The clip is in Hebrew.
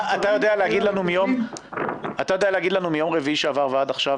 אתה יודע להגיד לנו מיום רביעי שעבר ועד עכשיו